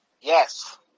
Yes